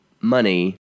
money